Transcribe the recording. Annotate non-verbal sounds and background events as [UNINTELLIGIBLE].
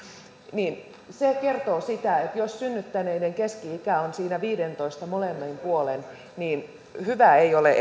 ja se kertoo siitä että jos synnyttäneiden keski ikä on siinä viidentoista molemmin puolin niin ennuste ei ole [UNINTELLIGIBLE]